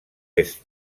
est